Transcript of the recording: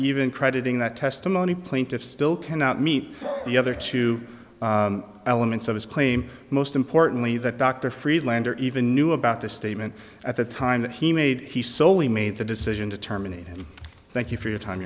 even crediting that testimony plaintiff still cannot meet the other two elements of his claim most importantly that dr freelander even knew about the statement at the time that he made he slowly made the decision to terminate and thank you for your time